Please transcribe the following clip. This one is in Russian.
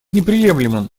неприемлемым